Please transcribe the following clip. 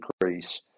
increase